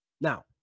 Now